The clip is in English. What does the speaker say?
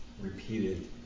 repeated